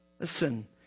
Listen